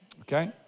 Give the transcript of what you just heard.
Okay